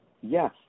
Yes